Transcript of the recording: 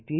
T